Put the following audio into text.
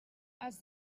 els